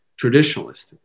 traditionalist